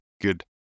good